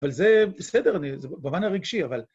אבל זה בסדר, זה במובן רגשי, אבל...